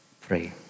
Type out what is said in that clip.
pray